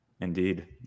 Indeed